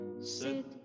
sit